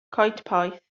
coedpoeth